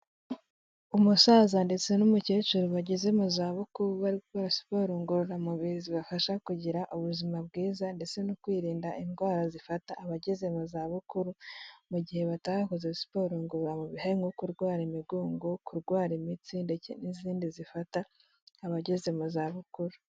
Umusaza ndetse n'umukecuru bageze mu zabukuru bari gukora siporo ngororamubiri zibafasha kugira ubuzima bwiza ndetse no kwirinda indwara zifata abageze mu zabukuru mu gihe batakoze siporo ngororamubiri, harimo nko kurwara imigongo, kurwara imitsi n'izindi zifata abageze mu zabukuru.